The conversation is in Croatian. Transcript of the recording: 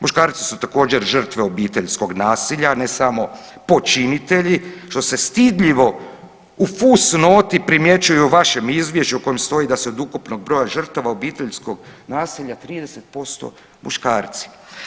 Muškarci su također žrtve obiteljskog nasilja, ne samo počinitelji, što se stidljivo u fus noti primjećuje u vašem izvješću u kojem stoji da su od ukupnog broja žrtava obiteljskog nasilja 30% muškarci.